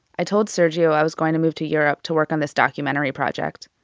i told sergiusz i was going to move to europe to work on this documentary project.